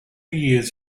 years